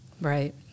Right